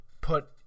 put